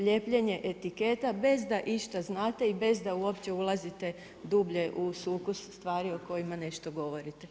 Lijepljenje etiketa bez da išta znate i bez da uopće ulazite dublje u sukus stvarima o kojima nešto govorite.